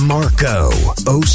Marco